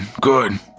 Good